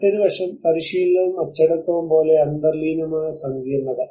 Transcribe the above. മറ്റൊരു വശം പരിശീലനവും അച്ചടക്കവും പോലെ അന്തർലീനമായ സങ്കീർണ്ണത